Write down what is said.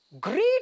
Great